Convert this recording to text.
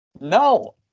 no